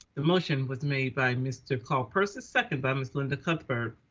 the motion was made by mr. carl persis second by miss linda cuthbert.